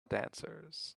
dancers